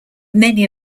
many